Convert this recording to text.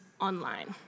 online